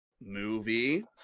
movie